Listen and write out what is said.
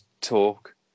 talk